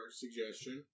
suggestion